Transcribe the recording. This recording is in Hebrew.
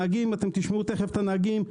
תיכף תשמעו את הנהגים,